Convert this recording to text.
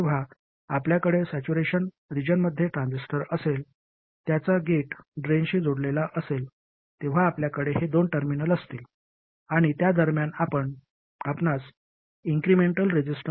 जेव्हा आपल्याकडे सॅच्युरेशन रिजनमध्ये ट्रांझिस्टर असेल ज्याचा गेट ड्रेनशी जोडलेला असेल तेव्हा आपल्याकडे हे दोन टर्मिनल असतील आणि त्या दरम्यान आपणास इन्क्रिमेंटल रेसिस्टन्स दिसेल जो 1gm0 आहे